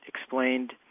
explained